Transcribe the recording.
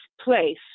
place